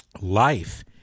life